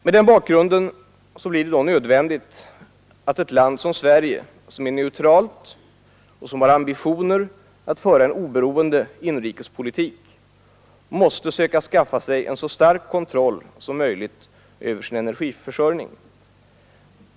Mot denna bakgrund blir det nödvändigt att ett land som Sverige, som är neutralt och som har ambitioner att föra en oberoende inrikespolitik, måste söka skaffa sig en så stark kontroll som möjligt över sin energiförsörjning.